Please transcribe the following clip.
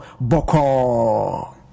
Boko